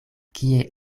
kie